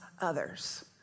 others